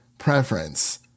preference